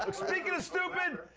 um speaking of stupid,